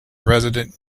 resident